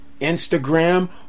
Instagram